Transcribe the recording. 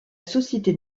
société